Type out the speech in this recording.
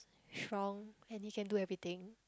strong and he can do everything